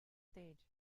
stage